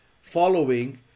following